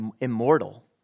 immortal